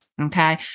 Okay